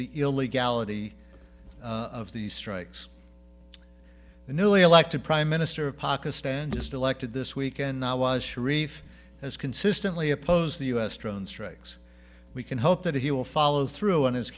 the illegality of these strikes the newly elected prime minister of pakistan just elected this week and i was sharif has consistently opposed the us drone strikes we can hope that he will follow through on his